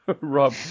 Rob